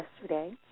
yesterday